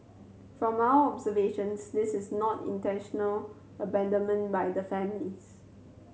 from our observations this is not intentional abandonment by the families